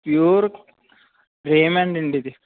pure Raymond అండి ఇది